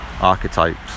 archetypes